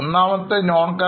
ഒന്നാമത്തേത് noncurrent